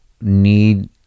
need